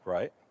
Right